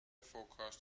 forecast